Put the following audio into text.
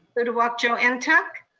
uduak-joe and ntuk.